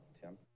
Tim